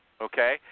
okay